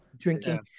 drinking